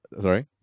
Sorry